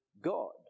God